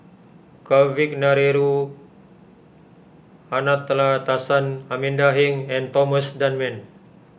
Kavignareru Amallathasan Amanda Heng and Thomas Dunman